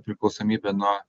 priklausomybė nuo